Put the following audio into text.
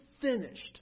finished